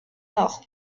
nord